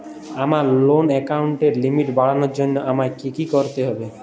আমার লোন অ্যাকাউন্টের লিমিট বাড়ানোর জন্য আমায় কী কী করতে হবে?